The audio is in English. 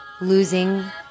losing